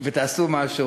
ותעשו משהו,